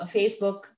Facebook